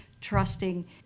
trusting